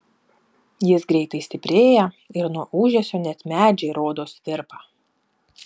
jis greitai stiprėja ir nuo ūžesio net medžiai rodos virpa